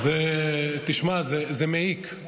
תשמע, זה מעיק.